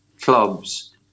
clubs